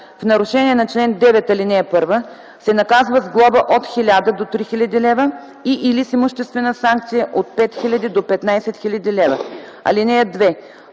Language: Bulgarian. в нарушение на чл. 9, ал. 1, се наказва с глоба от 1000 до 3000 лв. и/или с имуществена санкция от 5000 до 15 000 лв. (2)